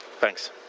Thanks